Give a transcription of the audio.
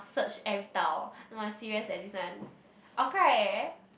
search every tile no i'm serious eh this one I'll cry eh